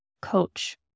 coach